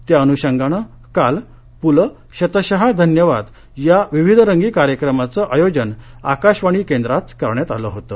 त्या अनुषगानं काल पुलं शतशः धन्यवाद या विविधरंगी कार्यक्रमाचं आयोजन आकाशवाणी केंद्रात करण्यात आलं होतं